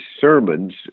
sermons